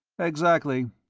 exactly.